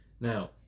Now